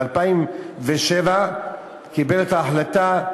ב-2007 קיבל את ההחלטה.